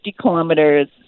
kilometers